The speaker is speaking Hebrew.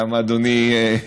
למה, אדוני,